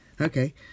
Okay